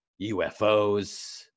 UFOs